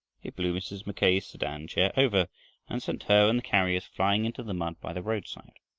it blew mrs. mackay's sedan-chair over and sent her and the carriers flying into the mud by the roadside.